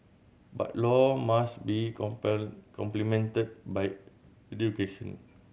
but law must be complemented by education